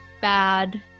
bad